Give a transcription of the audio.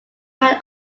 had